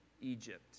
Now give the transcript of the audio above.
Egypt